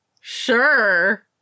Sure